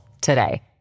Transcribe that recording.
today